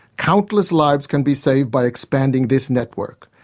countless lives can be saved by expanding this network.